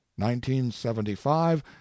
1975